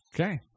Okay